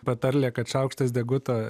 patarlė kad šaukštas deguto